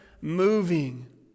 moving